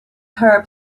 herb